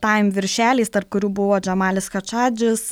taim viršeliais tarp kurių buvo džamalis chatšadžis